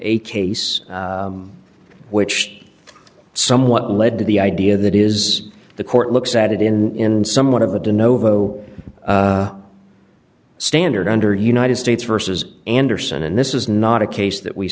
a case which somewhat led to the idea that is the court looks at it in somewhat of a dyno voe standard under united states versus anderson and this is not a case that we